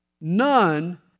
none